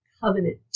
covenant